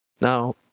Now